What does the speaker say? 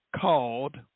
called